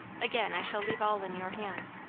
again i shall leave all in your hands.